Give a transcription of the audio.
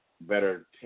better